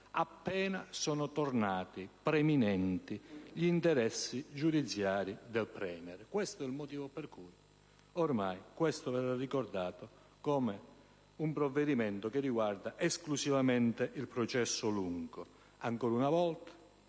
appena sono tornati preminenti gli interessi giudiziari del *Premier*. Questo è il motivo per cui ormai questo verrà ricordato come un provvedimento che riguarda esclusivamente il processo lungo. Ancora una volta